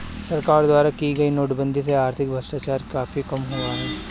सरकार द्वारा की गई नोटबंदी से आर्थिक भ्रष्टाचार काफी कम हुआ है